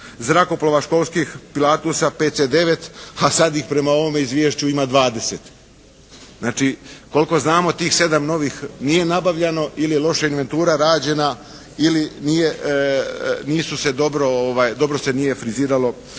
zrakoplova školskih Pilatusa PC9 a sad ih prema ovome izvješću ima 20. Znači, koliko znamo tih sedam novih nije nabavljeno ili je loše inventura rađena ili nisu se dobro friziralo